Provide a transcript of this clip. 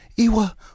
iwa